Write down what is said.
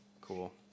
cool